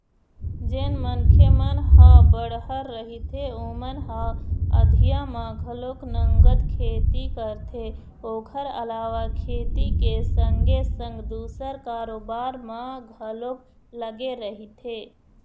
जेन मनखे मन ह बड़हर रहिथे ओमन ह अधिया म घलोक नंगत खेती करथे ओखर अलावा खेती के संगे संग दूसर कारोबार म घलोक लगे रहिथे